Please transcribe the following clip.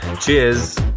Cheers